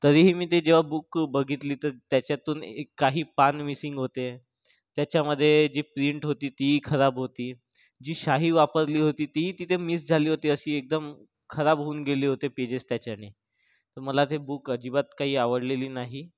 तरीही मी ते जेव्हा बुक बघितली तर त्याच्यातून एक काही पान मिसिंग होते त्याच्यामध्ये जी प्रिंट होती ती ही खराब होती जी शाई वापरली होती ती ही तिथे मिस झाली होती अशी एकदम खराब होऊन गेले होते पेजेस त्याच्याने तर मला ते बुक अजिबात काही आवडलेली नाही